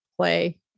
play